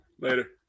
Later